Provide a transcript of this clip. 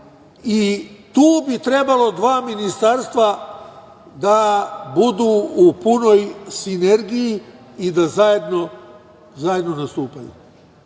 Tu bi trebalo dva ministarstva da budu u punoj sinergiji i da zajedno nastupaju. Rezultati